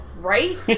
Right